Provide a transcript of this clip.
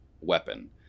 weapon